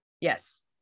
Yes